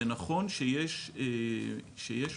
זה נכון שיש מחלות